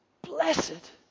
Blessed